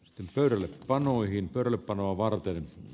l för vanhoihin pöydällepanoa varten